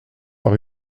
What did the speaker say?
par